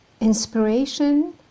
inspiration